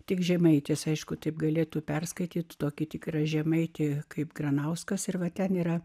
tik žemaitis aišku taip galėtų perskaityti tokį tikrą žemaitį kaip granauskas ir va ten yra